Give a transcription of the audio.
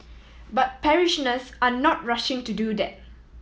but parishioners are not rushing to do that